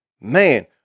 man